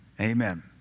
Amen